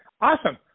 Awesome